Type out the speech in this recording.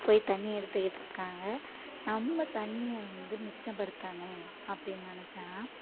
போய் தண்ணி எடுத்துகிட்டிருக்காங்க நம்ம தண்ணியை வந்து மிச்சம் படுத்தணும் அப்படின்னு நினைச்சான்னா